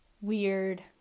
weird